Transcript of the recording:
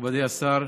מכובדי השר,